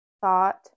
thought